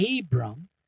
Abram